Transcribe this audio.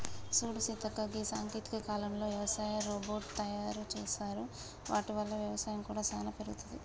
సూడు సీతక్క గీ సాంకేతిక కాలంలో యవసాయ రోబోట్ తయారు సేసారు వాటి వల్ల వ్యవసాయం కూడా సానా పెరుగుతది